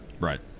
Right